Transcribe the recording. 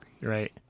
Right